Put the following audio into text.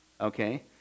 Okay